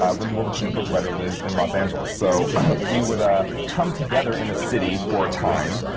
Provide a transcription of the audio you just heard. um linda woolverton, the book writer, lives in los angeles. so we would ah come together in a city for a time,